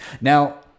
Now